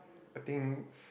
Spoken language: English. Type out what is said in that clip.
I think